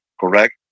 correct